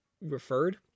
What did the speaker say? referred